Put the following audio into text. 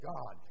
God